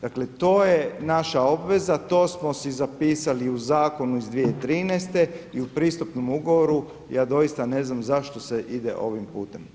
Dakle, to je naša obveza, to smo si zapisali u zakonu iz 2013. i u pristupnom ugovoru, ja doista ne znam zašto se ide ovim putem.